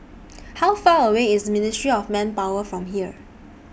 How Far away IS Ministry of Manpower from here